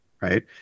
Right